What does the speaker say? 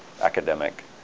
academic